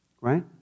Right